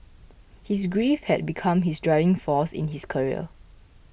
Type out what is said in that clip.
his grief had become his driving force in his career